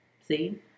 See